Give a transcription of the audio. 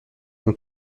dans